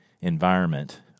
environment